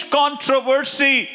controversy